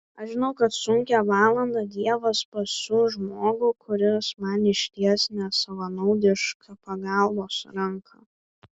aš žinau kad sunkią valandą dievas pasiųs žmogų kuris man išties nesavanaudišką pagalbos ranką